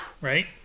right